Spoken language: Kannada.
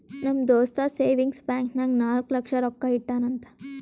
ನಮ್ ದೋಸ್ತ ಸೇವಿಂಗ್ಸ್ ಬ್ಯಾಂಕ್ ನಾಗ್ ನಾಲ್ಕ ಲಕ್ಷ ರೊಕ್ಕಾ ಇಟ್ಟಾನ್ ಅಂತ್